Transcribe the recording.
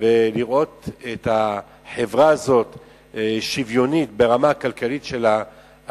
ולראות את החברה הזאת שוויונית ברמה הכלכלית שלה,